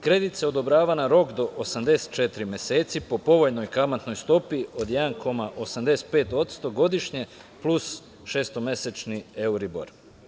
Kredit se odobrava na rok do 84 meseci po povoljnoj kamatnoj stopi od 1,85% godišnje, plus šestomesečni euribor.